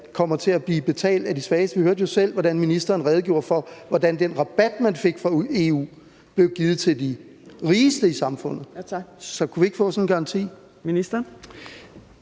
kommer til at blive betalt af de svageste? Vi hørte jo selv, hvordan ministeren redegjorde for, hvordan den rabat, man fik fra EU, blev givet til de rigeste i samfundet. Så kunne vi ikke få sådan en garanti?